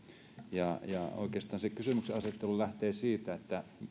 ja ja oikeastaan se kysymyksenasettelu lähtee siitä että